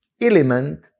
element